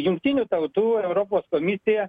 jungtinių tautų europos komisija